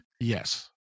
Yes